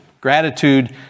gratitude